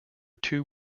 two